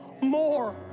more